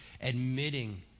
admitting